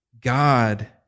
God